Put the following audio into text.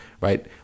right